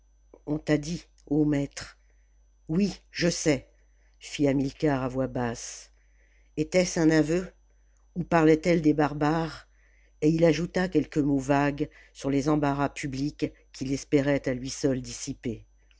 on t'a dit ô maître oui je sais fit hamilcar à voix basse etait-ce un aveu ou parlait-elle des barbares et il ajouta quelques mots vagues sur les embarras publics qu'il espérait à lui seul dissiper